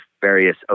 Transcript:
various